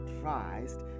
Christ